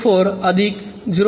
4 अधिक 0